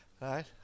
right